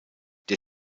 der